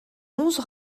onze